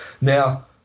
Now